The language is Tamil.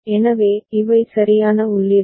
எனவே இவை சரியான உள்ளீடுகள்